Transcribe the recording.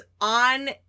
on